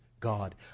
God